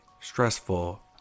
stressful